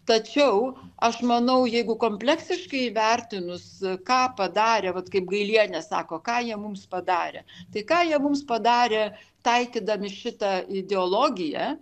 tačiau aš manau jeigu kompleksiškai įvertinus ką padarė vat kaip gailienė sako ką jie mums padarė tai ką jie mums padarė taikydami šitą ideologiją